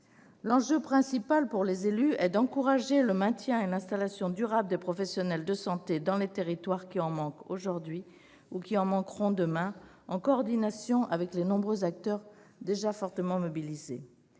L'enjeu principal pour les élus est d'encourager le maintien et l'installation durable des professionnels de santé dans les territoires qui en manquent aujourd'hui ou qui en manqueront demain, en coordination avec les nombreux acteurs déjà fortement mobilisés.